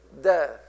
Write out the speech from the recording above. death